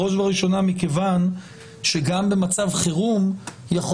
בראש ובראשונה מכיוון שגם במצב חירום יכול